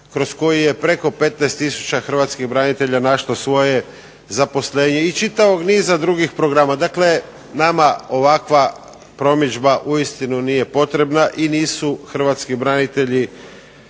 kroz koji je preko 15 tisuća hrvatskih branitelja našlo svoje zaposlenje i čitavog niza drugih programa. Dakle, nama ovakva promidžba uistinu nije potrebna i nisu hrvatski branitelji